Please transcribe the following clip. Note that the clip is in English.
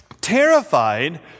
terrified